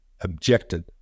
objected